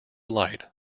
light